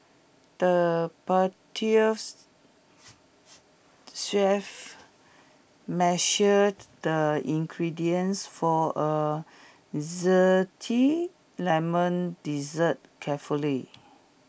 the chef measured the ingredients for A Zesty Lemon Dessert carefully